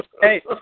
Hey